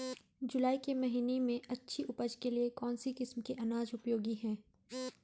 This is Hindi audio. जुलाई के महीने में अच्छी उपज के लिए कौन सी किस्म के अनाज उपयोगी हैं?